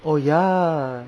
oh ya